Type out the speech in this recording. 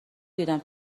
دیدم